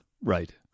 Right